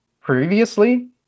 previously